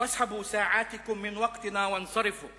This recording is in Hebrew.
אתם העוברים בינות המלים החולפות/